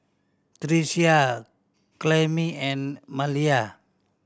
Tricia Clemie and Maleah